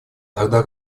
тогда